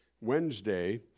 Wednesday